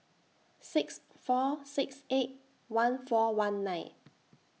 six four six eight one four one nine